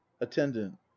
attendant